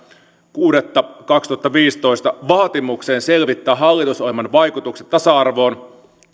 kuudetta kaksituhattaviisitoista vaatimukseen selvittää hallitusohjelman vaikutukset tasa arvoon